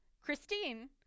Christine